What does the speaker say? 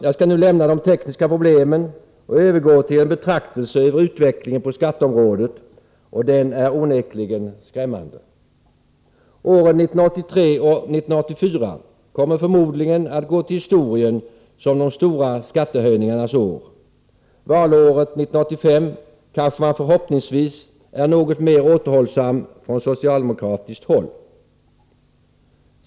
Jag skall nu lämna de tekniska problemen och övergå till en betraktelse över utvecklingen på skatteområdet, och den är onekligen skrämmande. Åren 1983 och 1984 kommer förmodligen att gå till historien som de stora skattehöjningarnas år — valåret 1985 kanske man förhoppningsvis är något mer återhållsam från socialdemokratiskt håll.